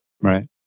Right